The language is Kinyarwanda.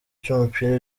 cy’umupira